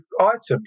items